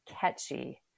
catchy